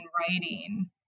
writing